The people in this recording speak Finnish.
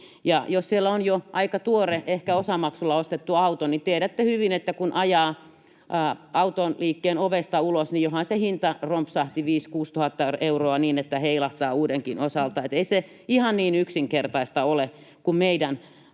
jos siellä on jo aika tuore, ehkä osamaksulla ostettu auto, niin tiedätte hyvin, että kun ajaa auton liikkeen ovesta ulos, niin johan se hinta rompsahtaa 5 000—6 000 euroa niin että heilahtaa uudenkin osalta, niin että ei se ihan niin yksinkertaista ole kuin meidän tuloillamme.